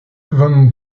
von